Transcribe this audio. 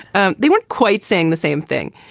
and they weren't quite saying the same thing.